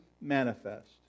manifest